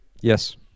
yes